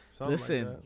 Listen